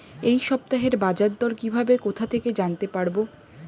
এই সপ্তাহের বাজারদর কিভাবে কোথা থেকে জানতে পারবো?